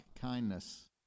kindness